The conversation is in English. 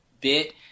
bit